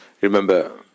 Remember